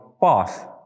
path